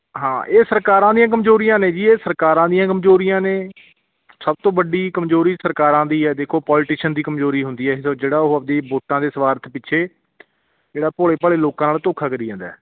ਹਾਂ ਇਹ ਸਰਕਾਰਾਂ ਦੀਆਂ ਕਮਜ਼ੋਰੀਆਂ ਨੇ ਜੀ ਇਹ ਸਰਕਾਰਾਂ ਦੀਆਂ ਕਮਜ਼ੋਰੀਆਂ ਨੇ ਸਭ ਤੋਂ ਵੱਡੀ ਕਮਜ਼ੋਰੀ ਸਰਕਾਰਾਂ ਦੀ ਹੈ ਦੇਖੋ ਪੋਲੀਟੀਸ਼ਨ ਦੀ ਕਮਜ਼ੋਰੀ ਹੁੰਦੀ ਹੈ ਜਿਹੜਾ ਉਹ ਆਪਣੀ ਵੋਟਾਂ ਦੇ ਸਵਾਰਥ ਪਿੱਛੇ ਜਿਹੜਾ ਭੋਲੇ ਭਾਲੇ ਲੋਕਾਂ ਨਾਲ ਧੋਖਾ ਕਰੀ ਜਾਂਦਾ